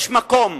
יש מקום,